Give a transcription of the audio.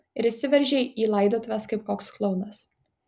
ir įsiveržei į laidotuves kaip koks klounas